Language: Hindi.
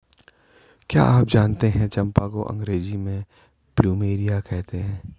क्या आप जानते है चम्पा को अंग्रेजी में प्लूमेरिया कहते हैं?